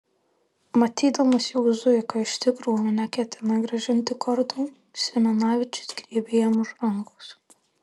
matydamas jog zuika iš tikrųjų neketina grąžinti kortų simanavičius griebė jam už rankos